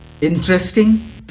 Interesting